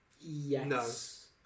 Yes